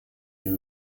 ihr